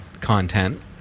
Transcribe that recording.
content